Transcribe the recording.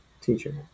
Teacher